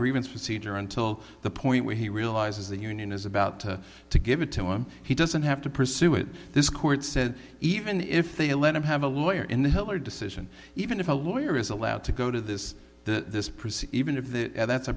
grievance procedure until the point where he realizes the union is about to to give it to him he doesn't have to pursue it this court said even if they let him have a lawyer in the hiller decision even if a lawyer is allowed to go to this the this perceiving of that that's a